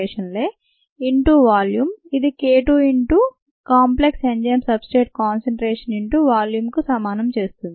into volume ఇది k2 into complex enzyme substrate concentration into వాల్యూమ్కు సమానం చేస్తుంది